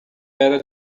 era